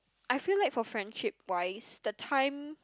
I feel like for friendship wise the time